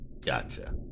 Gotcha